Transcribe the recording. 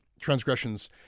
transgressions